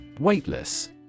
Weightless